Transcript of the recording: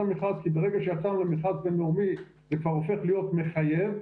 המכרז כי ברגע שיצאנו למכרז בין-לאומי זה כבר הופך להיות מחייב,